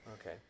okay